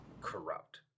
corrupt